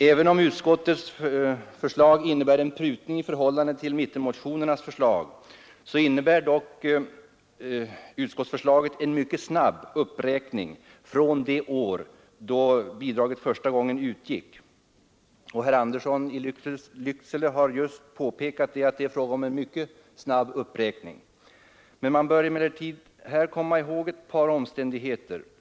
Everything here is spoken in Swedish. Även om utskottets förslag innebär en prutning i förhållande till mittenmotionernas förslag, så innebär utskottsförslaget en mycket snabb uppräkning från det år då bidraget första gången utgick, och herr Andersson i Lycksele har just påpekat att det är fråga om en mycket snabb uppräkning. Man bör emellertid komma ihåg ett par omständigheter.